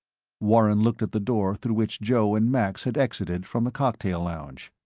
warren looked at the door through which joe and max had exited from the cocktail lounge.